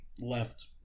left